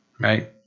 Right